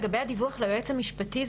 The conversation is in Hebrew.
לגבי הדיווח ליועץ המשפטי,